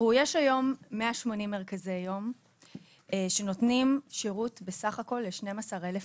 יש היום 180 מרכזי יום שנותנים שירות בסה"כ ל- 12,000 אנשים.